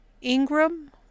Ingram